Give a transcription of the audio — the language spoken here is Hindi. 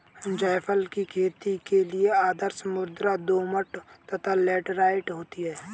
जायफल की खेती के लिए आदर्श मृदा दोमट तथा लैटेराइट होती है